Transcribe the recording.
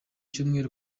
cyumweru